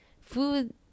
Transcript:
food